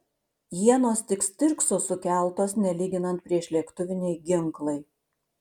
ienos tik stirkso sukeltos nelyginant priešlėktuviniai ginklai